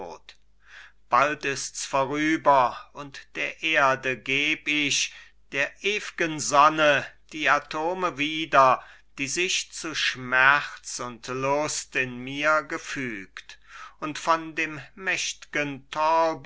bald ists vorüber und der erde geb ich der ewgen sonne die atome wieder die sich zu schmerz und lust in mir gefügt und von dem mächtgen